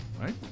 right